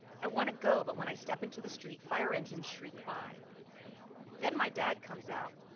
i want to go but when i step into the street fire engine shriek by then my dad comes out.